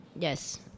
Yes